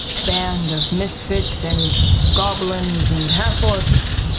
band of misfits and goblins and half-orcs,